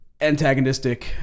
antagonistic